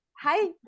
Hi